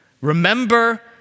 Remember